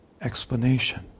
explanation